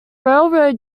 railroad